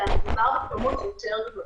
אלא מדובר בכמות יותר גדולה.